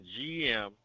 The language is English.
GM